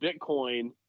Bitcoin